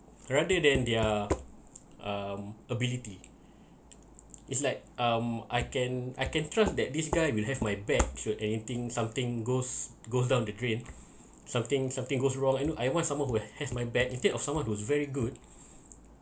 rather than their um ability is like um I can I can trust that this guy will have my back should anything something goes goes down the drain something something goes wrong and I want someone who has my back instead of someone who's very good